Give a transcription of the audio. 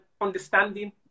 understanding